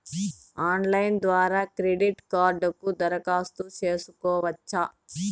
Online ద్వారా credit కార్డుకు దరఖాస్తు సేసుకోవచ్చా?